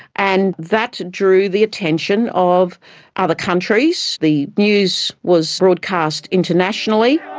and that drew the attention of other countries. the news was broadcast internationally.